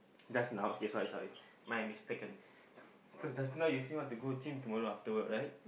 just now okay sorry sorry my mistaken so just now you say want to go gym tomorrow after work right